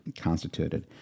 constituted